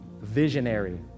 visionary